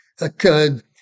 occurred